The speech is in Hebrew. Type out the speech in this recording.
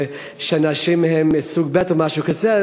ונשים הן סוג ב' או משהו כזה,